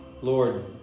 Lord